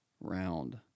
Round